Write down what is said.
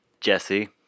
Jesse